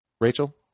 Rachel